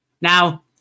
Now